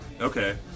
Okay